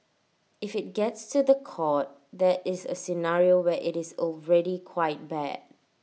if IT gets to The Court that is A scenario where IT is already quite bad